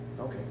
Okay